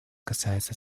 касается